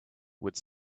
with